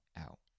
out